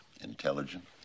intelligent